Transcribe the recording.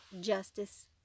justice